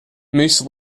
moose